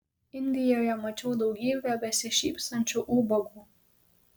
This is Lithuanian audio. indijoje mačiau daugybę besišypsančių ubagų